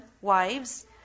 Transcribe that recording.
wives